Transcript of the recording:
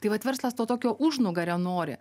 tai vat verslas to tokio užnugario nori